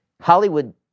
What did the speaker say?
Hollywood